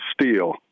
steel